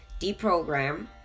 deprogram